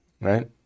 right